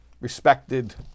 respected